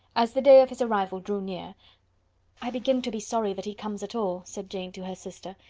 as the day of his arrival drew near i begin to be sorry that he comes at all, said jane to her sister.